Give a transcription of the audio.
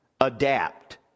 adapt